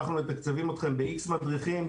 אנחנו מתקצבים אתכם ב-X מדריכים,